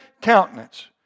countenance